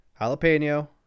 jalapeno